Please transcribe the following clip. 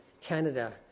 Canada